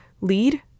lead